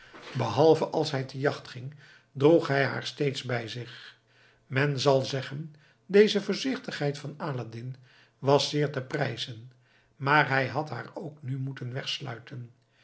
behalve als hij ter jacht ging droeg hij haar steeds bij zich men zal zeggen deze voorzichtigheid van aladdin was zeer te prijzen maar hij had haar nu ook moeten wegsluiten